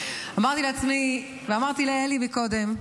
אמרתי לעצמי ואמרתי לאלי קודם: